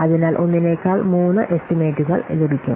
അതിനാൽ ഒന്നിനേക്കാൾ മൂന്ന് എസ്റ്റിമേറ്റുകൾ ലഭിക്കും